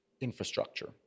infrastructure